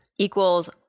equals